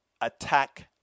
attack